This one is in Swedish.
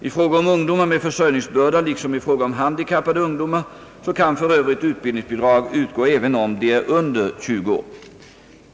I fråga om ungdomar med försörjningsbörda liksom i fråga om handikappade ungdomar kan f. ö. utbildningsbidrag utgå även om de är under 20 år.